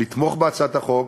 לתמוך בהצעת החוק,